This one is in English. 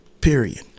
Period